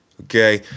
okay